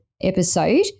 episode